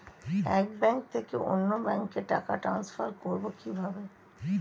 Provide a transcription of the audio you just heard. এক ব্যাংক থেকে অন্য ব্যাংকে টাকা ট্রান্সফার করবো কিভাবে?